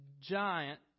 giant